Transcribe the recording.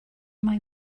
mai